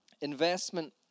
Investment